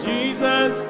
Jesus